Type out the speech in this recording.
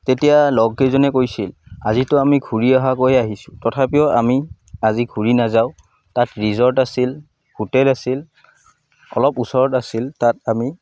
তেতিয়া লগকেইজনে কৈছিল আজিতো আমি ঘূৰি আহাকৈ আহিছোঁ তথাপিও আমি আজি ঘূৰি নাযাওঁ তাত ৰিজৰ্ট আছিল হোটেল আছিল অলপ ওচৰত আছিল তাত আমি